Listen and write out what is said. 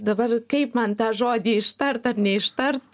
dabar kaip man tą žodį ištart ar neištart